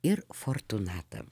ir fortūnatą